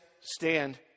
stand